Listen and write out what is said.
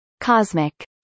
cosmic